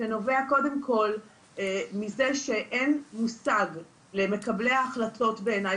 זה נובע קודם כל מזה שאין מושג למקבלי ההחלטות בעיניי,